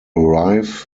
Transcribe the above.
arrive